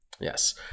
Yes